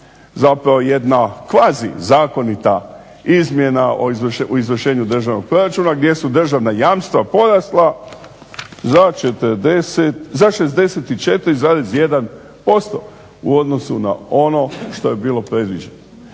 zapravo jedna kvazi zakonita izmjena u izvršenju državnog proračuna gdje su državna jamstva porasla za 64,1% u odnosu na ono što je bilo predviđeno.